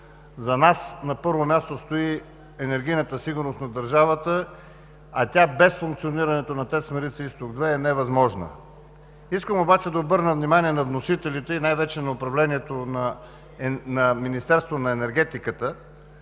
за нас на първо място сто енергийната сигурност на държавата, а тя без функционирането на ТЕЦ „Марица изток 2“ е невъзможна. Искам обаче да обърна внимание на вносителите и най-вече на управлението на Министерството на енергетиката,